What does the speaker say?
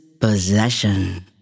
Possession